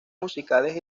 musicales